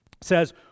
says